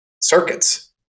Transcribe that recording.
circuits